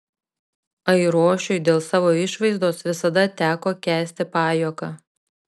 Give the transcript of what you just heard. airošiui dėl savo išvaizdos visada teko kęsti pajuoką